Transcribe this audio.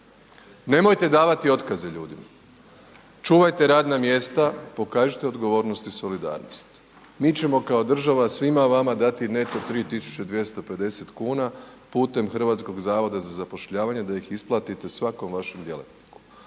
nemojte davati otkaze ljudima, čuvajte radna mjesta, pokažite odgovornost i solidarnost, mi ćemo kao država svim vama dati neto 3250 kn putem HZZZ-a da ih isplatite svakom vašem djelatniku.